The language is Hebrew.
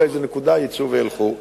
ובאיזו נקודה יצאו וילכו.